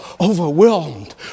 overwhelmed